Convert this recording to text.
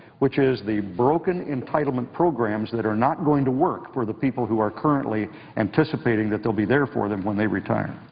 which is the broken entitlement programs that are not going to work for the people who are currently anticipating that they'll be there for them when they retire.